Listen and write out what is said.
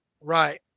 Right